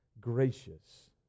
gracious